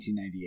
1998